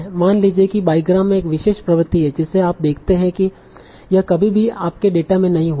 मान लीजिए कि बाईग्राम में एक विशेष प्रवृत्ति है जिसे आप देखते हैं कि यह कभी भी आपके डेटा में नहीं हुआ था